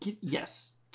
yes